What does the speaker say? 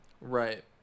Right